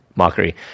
mockery